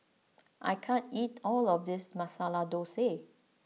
I can't eat all of this Masala Dosa